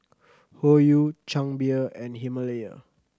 Hoyu Chang Beer and Himalaya